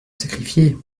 sacrifier